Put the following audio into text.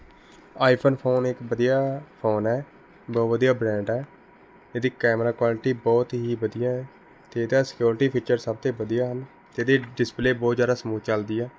iPhone phone ਇੱਕ ਵਧੀਆ phone ਹੈ ਬਹੁਤ ਵਧੀਆ ਬਰੈਂਡ ਹੈ ਇਹਦੀ ਕੈਮਰਾ ਕੁਆਲਿਟੀ ਬਹੁਤ ਹੀ ਵਧੀਆ ਹੈ ਅਤੇ ਇਹਦਾ ਸਕਿਓਰਟੀ ਫੀਚਰ ਸਭ ਤੋਂ ਵਧੀਆ ਹਨ ਅਤੇ ਇਹਦੀ ਡਿਸਪਲੇਅ ਬਹੁਤ ਜ਼ਿਆਦਾ ਸਮੂਥ ਚੱਲਦੀ ਹੈ